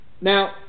Now